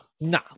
no